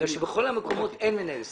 בכל המקומות אין מנהל סניף.